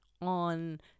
on